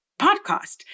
podcast